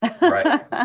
Right